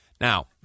Now